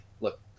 Look